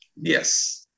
Yes